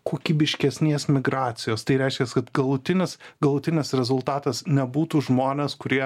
kokybiškesnės migracijos tai reiškias kad galutinis galutinis rezultatas nebūtų žmonės kurie